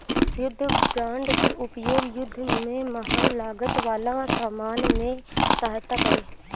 युद्ध बांड के उपयोग युद्ध में महंग लागत वाला सामान में सहायता करे